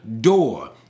door